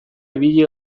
ibili